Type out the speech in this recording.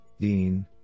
DEAN